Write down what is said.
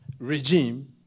regime